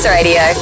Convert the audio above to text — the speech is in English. Radio